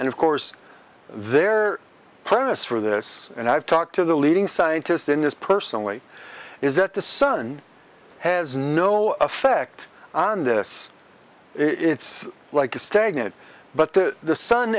and of course there are plans for this and i've talked to the leading scientists in this personally is that the sun has no effect on this it's like a stagnant but the